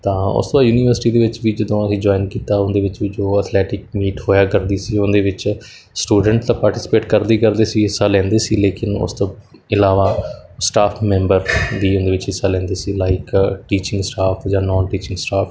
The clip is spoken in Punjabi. ਤਾਂ ਉਸ ਤੋਂ ਯੂਨੀਵਰਸਿਟੀ ਦੇ ਵਿੱਚ ਵੀ ਜਦੋਂ ਅਸੀਂ ਜੁਆਇਨ ਕੀਤਾ ਉਹਦੇ ਵਿੱਚ ਵੀ ਜੋ ਅਥਲੈਟਿਕ ਮੀਟ ਹੋਇਆ ਕਰਦੀ ਸੀ ਉਹਦੇ ਵਿੱਚ ਸਟੂਡੈਂਟ ਤਾਂ ਪਾਰਟੀਸਪੇਟ ਕਰਦੇ ਹੀ ਕਰਦੇ ਸੀ ਹਿੱਸਾ ਲੈਂਦੇ ਸੀ ਲੇਕਿਨ ਉਸ ਤੋਂ ਇਲਾਵਾ ਸਟਾਫ ਮੈਂਬਰ ਵੀ ਉਹਦੇ ਵਿੱਚ ਹਿੱਸਾ ਲੈਂਦੇ ਸੀ ਲਾਈਕ ਟੀਚਿੰਗ ਸਟਾਫ ਜਾਂ ਨੋਨ ਟੀਚਿੰਗ ਸਟਾਫ